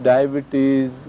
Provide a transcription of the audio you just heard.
Diabetes